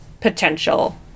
potential